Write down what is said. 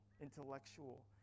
intellectual